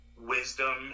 wisdom